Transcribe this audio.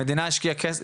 המדינה השקיע כסף?